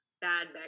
bad